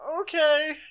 okay